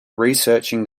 researching